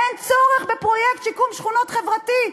אין צורך בפרויקט שיקום שכונות חברתי.